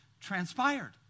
transpired